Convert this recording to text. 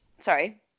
sorry